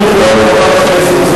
בל"ד מסייעת לטילים.